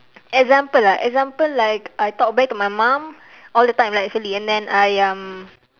example ah example like I talk back to my mum all the time lah actually and then I um